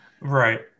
right